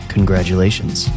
Congratulations